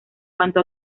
cuanto